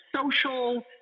social